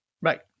Right